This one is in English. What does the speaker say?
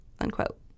unquote